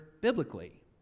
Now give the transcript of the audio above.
biblically